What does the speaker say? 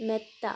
മെത്ത